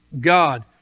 God